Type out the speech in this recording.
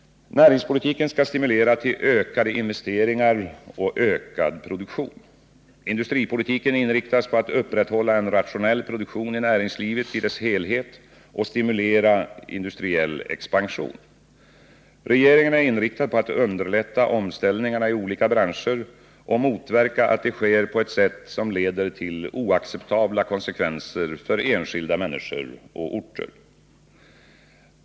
Näringspolitiken skall stimulera till ökade investeringar och ökad produktion. Industripolitiken inriktas på att upprätthålla en rationell produktion i näringslivet i dess helhet och stimulera industriell expansion. Regeringen är inriktad på att underlätta omställningarna i olika branscher och motverka att de sker på ett sätt som leder till oacceptabla konsekvenser för enskilda människor och orter.